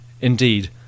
Indeed